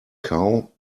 cow